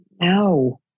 No